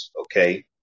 Okay